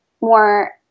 more